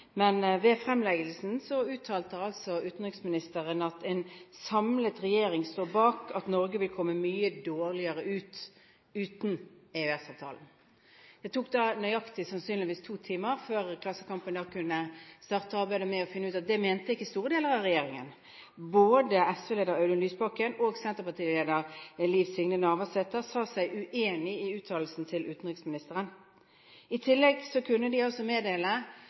men ved fremleggelsen uttalte utenriksministeren at en samlet regjering står bak at Norge vil komme mye dårligere ut uten EØS-avtalen. Det tok da omtrent nøyaktig to timer før Klassekampen kunne starte arbeidet med å finne ut at det mente ikke store deler av regjeringen. Både SV-leder Audun Lysbakken og senterpartileder Liv Signe Navarsete sa seg uenig i uttalelsen til utenriksministeren. I tillegg kunne de meddele